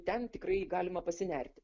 ten tikrai galima pasinerti